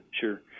Sure